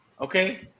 Okay